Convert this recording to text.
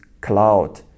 cloud